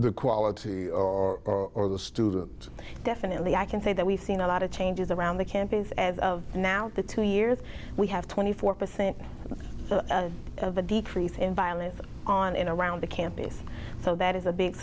the quality or the student definitely i can say that we've seen a lot of changes around the campaigns as of now the two years we have twenty four percent of the decrease in violence on and around the campaign so that is a big